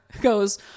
goes